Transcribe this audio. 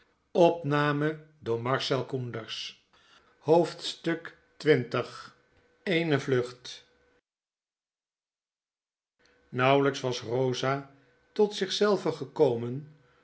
eene vlucht nauwelyks was rosa tot zich zelve gekomen